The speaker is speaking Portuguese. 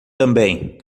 também